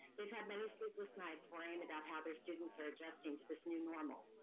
they've had many sleepless nights worrying about how their students are adjusting to this new normal.